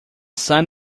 sun